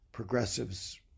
Progressives